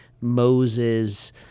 Moses